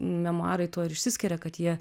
memuarai tuo ir išsiskiria kad jie